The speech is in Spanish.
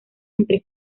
entre